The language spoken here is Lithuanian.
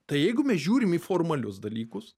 tai jeigu mes žiūrim į formalius dalykus